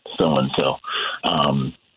so-and-so